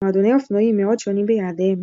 מועדוני אופנועים מאוד שונים ביעדיהם.